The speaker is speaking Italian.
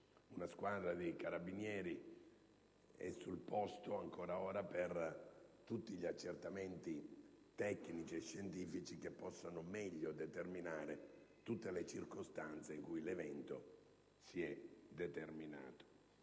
una squadra di Carabinieri è sul posto, ancora ora, per tutti gli accertamenti tecnici e scientifici che possono meglio determinare le circostanze in cui l'evento si è determinato.